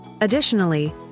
Additionally